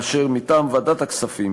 מטעם ועדת הכספים,